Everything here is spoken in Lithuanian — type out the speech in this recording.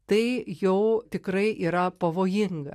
tai jau tikrai yra pavojinga